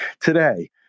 Today